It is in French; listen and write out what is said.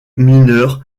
mineures